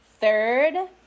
Third